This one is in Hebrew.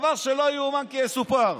לא יאומן כי יסופר.